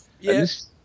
Yes